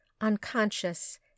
unconscious